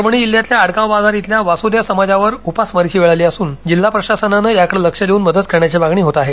परभणी जिल्ह्यातल्या आडगाव बाजार इथल्या वासुदेव समाजावर उपासमारीची वेळ आली असून जिल्हा प्रशासनानं याकडे लक्ष देवून मदत करण्याची मागणी होत आहे